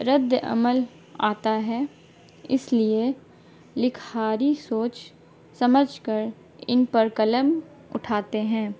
رد عمل آتا ہے اس لیے لکھاری سوچ سمجھ کر ان پر قلم اٹھاتے ہیں